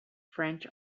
french